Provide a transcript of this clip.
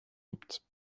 gibt